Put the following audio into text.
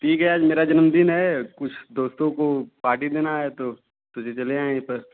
ठीक है आज मेरा जन्मदिन है कुछ दोस्तों को पार्टी देना है तो सोचे चले आएँ यही पर